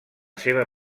seva